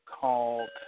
called